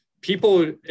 people